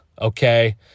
okay